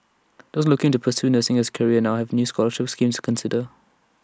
those looking to pursue nursing as A career now have new scholarship schemes consider